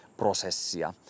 prosessia